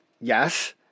Yes